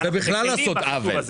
זה בכלל לעשות עוול.